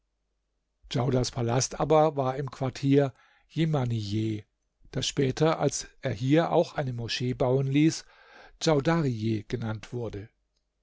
djaudars palast aber war im quartier jemanijeh das später als er hier auch eine moschee bauen ließ djaudarieh genannt wurde